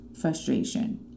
frustration